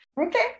Okay